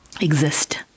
exist